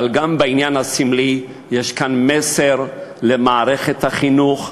אבל גם בעניין הסמלי יש כאן מסר למערכת החינוך,